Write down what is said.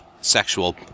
sexual